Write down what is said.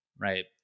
right